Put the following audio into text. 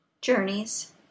Journeys